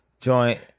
joint